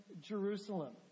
Jerusalem